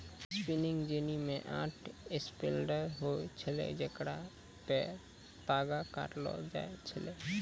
spinning jenny मे आठ spindle होय छलै जेकरा पे तागा काटलो जाय छलै